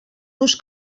nos